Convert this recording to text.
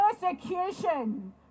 persecution